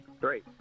Great